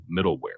middleware